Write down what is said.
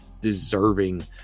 deserving